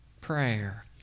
Prayer